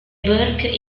burke